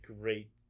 great